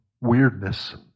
weirdness